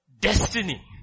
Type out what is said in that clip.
destiny